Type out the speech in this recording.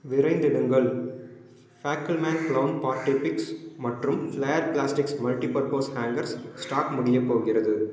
விரைந்திடுங்கள் ஃபாக்கில் man clown party picks மற்றும் Flair plastics multipurpose hangers stock முடியப் போகிறது